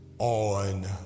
On